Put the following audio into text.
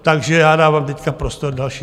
Takže já dávám teď prostor dalším.